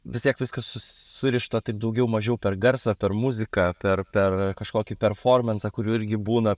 vis tiek viskas surišta taip daugiau mažiau per garsą per muziką per per kažkokį performansą kurių irgi būna